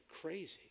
crazy